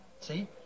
See